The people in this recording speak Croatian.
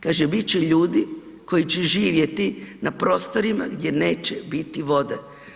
Kaže, bit će ljudi koji će živjeti na prostorima gdje neće biti vode.